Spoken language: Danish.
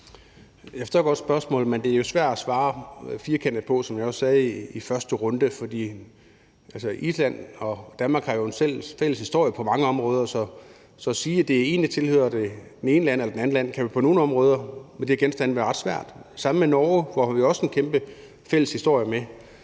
Jeg forstår godt spørgsmålet, men det er jo svært at svare firkantet på, som jeg også sagde i første runde. For Island og Danmark har jo en fælles historie på mange områder, så det at sige, at det ene tilhører det ene land eller det andet land, kan jo på nogle områder med de her genstande være ret svært. Og det er det samme med Norge, som vi også har en kæmpe fælles historie med.